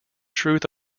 truth